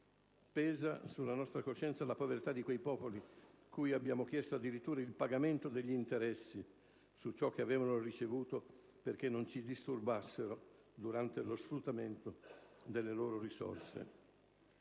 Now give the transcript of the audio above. Pesa sulla nostra coscienza la povertà di quei popoli cui abbiamo chiesto addirittura il pagamento degli interessi su ciò che avevano ricevuto perché non ci disturbassero durante lo sfruttamento delle loro risorse.